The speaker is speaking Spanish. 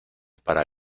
para